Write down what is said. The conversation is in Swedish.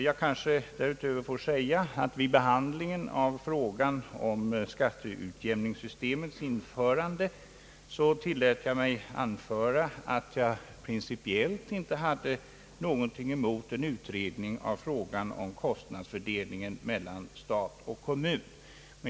Jag kanske därutöver får säga, att vid behandlingen av frågan om skatteutjämningssystemets införande tillät jag mig anföra, att jag principiellt inte hade något emot en utredning om kostnadsfördelningen mellan stat och kommun.